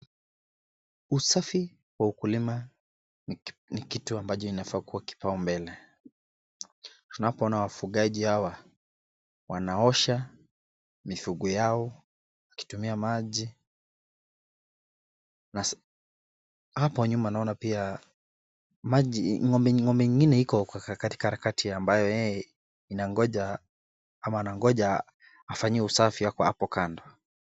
Usafi wa ukulima ni kitu ambacho kinafaa kupewa kipaumbele. Tupoaona wafugaji Hawa, wanaosha mifugo wao wakitumia maji. Hapo nyuma naona pia ngombe mwingine Yuko katika harakati ambapo anangoja afanyiwe usafi hapo Kando.